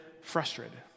frustrated